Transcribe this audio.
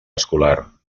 escolar